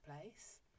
place